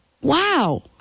wow